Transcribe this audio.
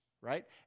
right